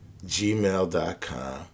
gmail.com